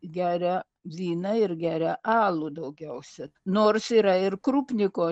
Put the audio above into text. geria vyną ir geria alų daugiausia nors yra ir krupniko